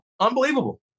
unbelievable